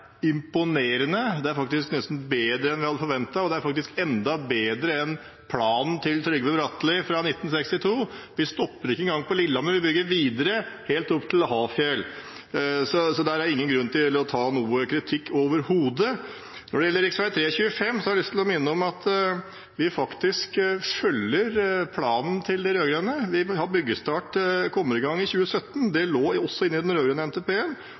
imponerende. Det er nesten bedre enn vi hadde forventet – det er faktisk enda bedre enn planen til Trygve Bratteli fra 1962. Vi stopper ikke engang på Lillehammer; vi bygger videre helt opp til Hafjell. Så der er det ingen grunn til å ta noen kritikk overhodet. Når det gjelder rv. 3/25, har jeg lyst til å minne om at vi faktisk følger planen til de rød-grønne. Byggestart kommer i gang i 2017. Det lå også inne i den